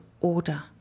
order